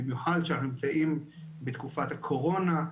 במיוחד כשאנחנו נמצאים בתקופת הקורונה.